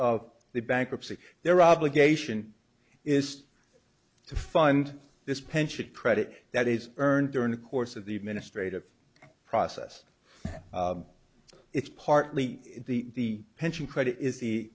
of the bankruptcy their obligation is to fund this pension credit that is earned during the course of the administrative process it's partly the pension credit is the